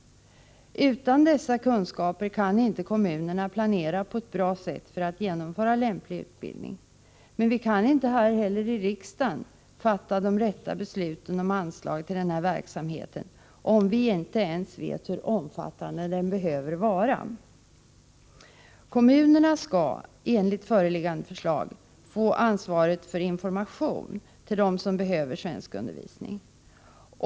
Utan dessa kunskaper kan inte kommunerna planera på ett bra sätt för att genomföra lämplig utbildning. Vi kan inte heller här i riksdagen fatta de rätta besluten om anslag till den här verksamheten, om vi inte ens vet hur omfattande den behöver vara. Kommunerna skall enligt föreliggande förslag få ansvaret för information till dem som behöver svenskundervisning.